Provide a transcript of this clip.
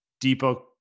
Depot